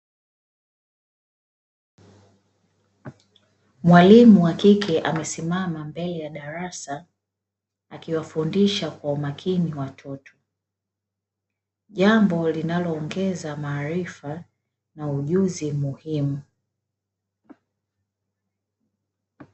Mwalimu wa kike amesimama mbele ya darasa akiwafundisha kwa makini watoto, jambo linaloongeza maarifa na ujuzi muhimu.